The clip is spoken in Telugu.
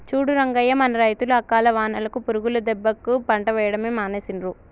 చూడు రంగయ్య మన రైతులు అకాల వానలకు పురుగుల దెబ్బకి పంట వేయడమే మానేసిండ్రు